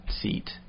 seat